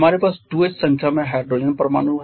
हमारे पास 2H संख्या में हाइड्रोजन परमाणु हैं